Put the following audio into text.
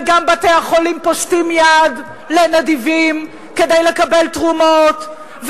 וגם בתי-החולים פושטים יד לנדיבים כדי לקבל תרומות,